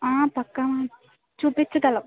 పక్క మ్యామ్ చూపించగలము